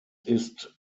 ist